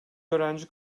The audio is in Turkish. öğrenci